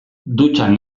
dutxan